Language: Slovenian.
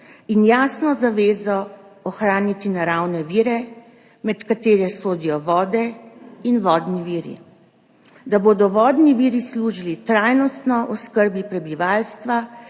in jasno zavezo ohraniti naravne vire, med katere sodijo vode in vodni viri. Da bodo vodni viri služili trajnostni oskrbi prebivalstva,